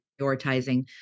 prioritizing